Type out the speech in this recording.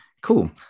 cool